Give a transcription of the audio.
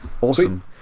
awesome